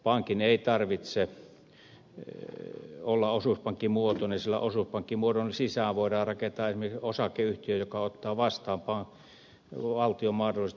pankin ei tarvitse olla osuuspankkimuotoinen sillä osuuspankkimuodon sisään voidaan rakentaa esimerkiksi osakeyhtiö joka ottaa vastaan valtion mahdolliset pääomasijoitukset